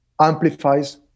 amplifies